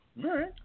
right